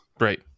Right